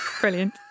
Brilliant